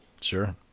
Sure